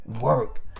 work